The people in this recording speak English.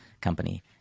company